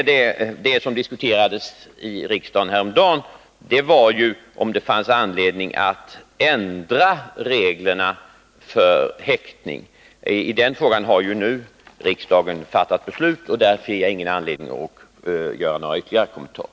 Det som diskuterades i riksdagen häromdagen var om det fanns anledning att ändra reglerna för häktning. I den frågan har ju riksdagen nu fattat beslut, och där ser jag ingen anledning att göra några ytterligare kommentarer.